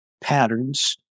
patterns